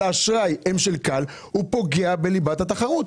האשראי הם של כאל הוא פוגע בליבת התחרות.